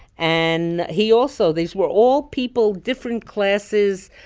and he also these were all people different classes,